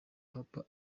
papa